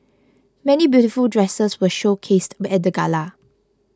many beautiful dresses were showcased at the gala